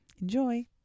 Enjoy